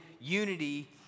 unity